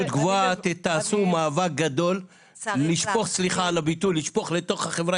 תעשו מאבק גדול לשפוך סליחה על הביטוי לחברה